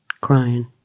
crying